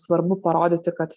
svarbu parodyti kad